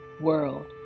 world